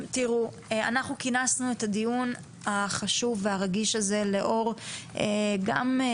אנחנו כינסנו את הדיון החשוב והרגיש הזה לאור פרסומים